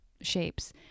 shapes